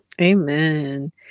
Amen